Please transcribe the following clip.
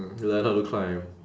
mm ladder to climb